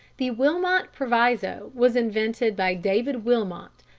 the wilmot proviso was invented by david wilmot,